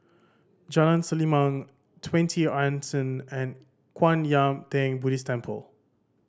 Jalan Selimang Twenty Anson and Kwan Yam Theng Buddhist Temple